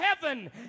heaven